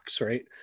right